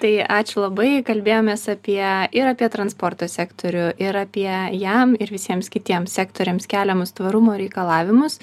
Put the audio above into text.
tai ačiū labai kalbėjomės apie ir apie transporto sektorių ir apie jam ir visiems kitiems sektoriams keliamus tvarumo reikalavimus